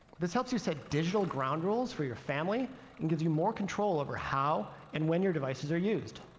this helps you set digital ground rules for your family and gives you more control over how and when your devices are used.